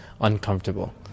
uncomfortable